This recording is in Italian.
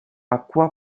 acqua